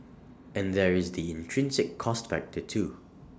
and there is the intrinsic cost factor too